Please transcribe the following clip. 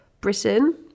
Britain